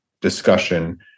discussion